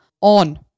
on